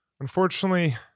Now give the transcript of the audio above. unfortunately